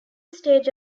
stage